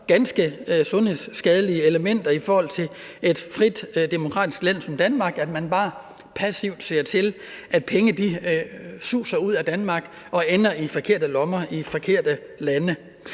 ganske sundhedsskadelige elementer for et frit og demokratisk land som Danmark, ser man bare passivt til, at penge suser ud af Danmark og ender i forkerte lommer i forkerte lande.